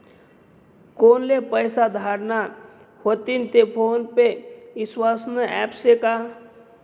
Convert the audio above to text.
कोनले पैसा धाडना व्हतीन ते फोन पे ईस्वासनं ॲप शे का?